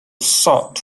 sought